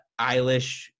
eilish